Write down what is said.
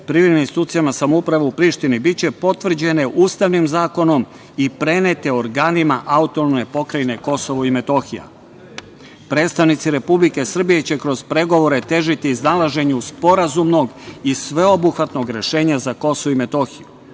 privremenim institucijama samouprave u Prištini biće potvrđene ustavnim zakonom i prenete organima AP Kosovo i Metohija. Predstavnici Republike Srbije će kroz pregovore težiti iznalaženju sporazumnog i sveobuhvatnog rešenja za Kosovo i Metohiju.